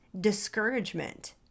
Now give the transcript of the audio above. discouragement